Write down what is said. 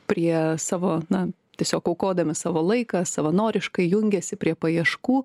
prie savo na tiesiog aukodami savo laiką savanoriškai jungiasi prie paieškų